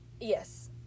Yes